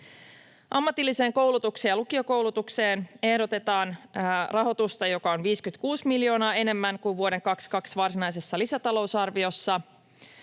Ammatilliseen koulutukseen ja lukiokoulutukseen ehdotetaan rahoitusta, joka on 56 miljoonaa enemmän kuin vuoden 22 varsinaisessa lisätalousarviossa.